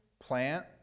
plant